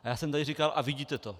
Já jsem tady říkal: A vidíte to!